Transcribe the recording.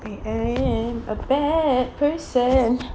I am a bad person